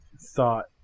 thought